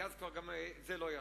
כי אז כבר גם זה לא יעזור.